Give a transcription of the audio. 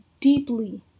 deeply